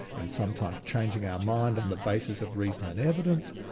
and sometimes changing our mind on the basis of reason and evidence.